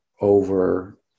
over